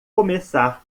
começar